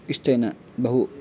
इष्टेन बहु